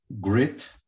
grit